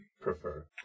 prefer